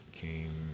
came